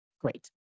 Great